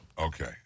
Okay